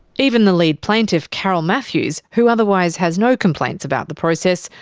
even the lead plaintiff carol matthews, who otherwise has no complaints about the process,